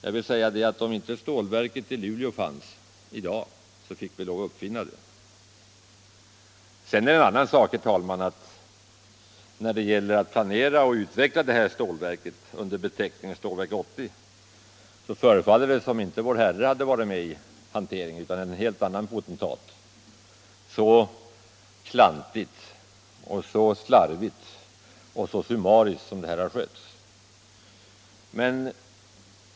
Jag vill säga att om inte stålverket i Luleå fanns i dag, så fick vi lov att uppfinna det. Sedan är det en annan sak, herr talman, att när det gällt att planera och utveckla detta stålverk under beteckningen Stålverk 80 så förefaller det som om inte vår Herre hade varit med i hanteringen utan en helt annan potentat — så klantigt, så slarvigt och så summariskt som detta har skötts.